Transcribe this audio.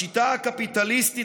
השיטה הקפיטליסטית,